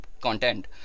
content